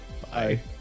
Bye